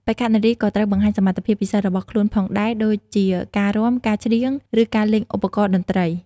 បេក្ខនារីក៏ត្រូវបង្ហាញសមត្ថភាពពិសេសរបស់ខ្លួនផងដែរដូចជាការរាំ ការច្រៀង ឬការលេងឧបករណ៍តន្ត្រី។